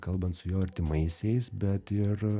kalbant su jo artimaisiais bet ir